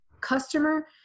customer